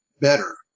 better